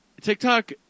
TikTok